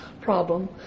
problem